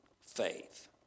faith